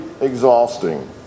exhausting